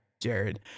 Jared